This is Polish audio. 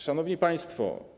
Szanowni Państwo!